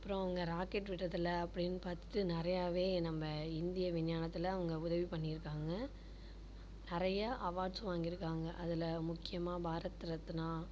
அப்புறம் அவங்க ராக்கெட் விடுகிறதுல அப்படின்னு பார்த்துட்டு நிறையவே நம்ம இந்திய விஞ்ஞானத்தில் அவங்க உதவி பண்ணியிருக்காங்க நிறைய அவார்ட்ஸ்சும் வாங்கியிருக்காங்க அதில் முக்கியமாக பாரத் ரத்னா